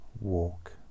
walk